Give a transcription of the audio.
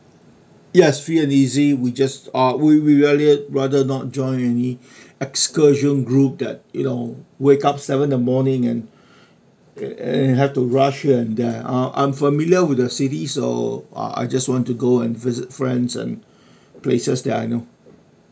yes free and easy we just uh we we will rather not join any excursion group that you know wake up seven in the morning and that and have to rush here and there uh I'm familiar with the city so uh I just want to go and visit friends and places that I know